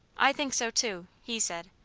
i think so too, he said.